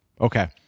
Okay